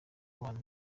abantu